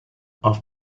off